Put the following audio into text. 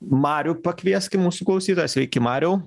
marių pakvieskim mūsų klausytoją sveiki mariau